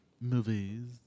movies